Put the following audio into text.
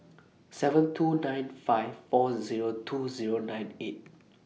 seven two nine five four Zero two Zero nine eight